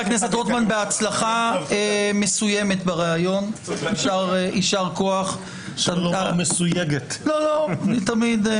בהצלחה מסוימת בראיון, יישר כוח, חבר הכנסת רוטמן.